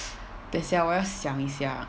等下我要想一下